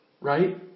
right